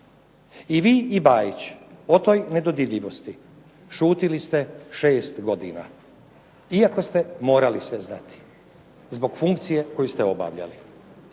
I vi i BAjić o toj nedodirljivosti šutili ste 6 godina, iako ste morali znati zbog funkcije koju ste obavljali,